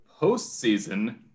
postseason